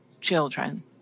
children